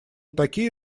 такие